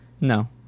No